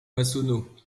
massonneau